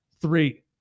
three